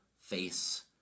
face